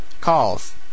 Calls